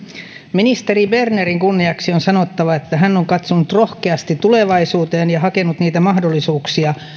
ministeri bernerin kunniaksi on sanottava että hän on katsonut rohkeasti tulevaisuuteen ja hakenut niitä mahdollisuuksia